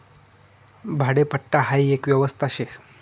भाडेपट्टा हाई एक व्यवस्था शे